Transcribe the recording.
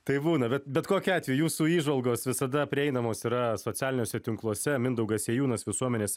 taip būna bet bet kokiu atveju jūsų įžvalgos visada prieinamos yra socialiniuose tinkluose mindaugas sėjūnas visuomenės